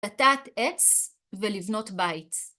לטעת עץ ולבנות בית